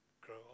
grow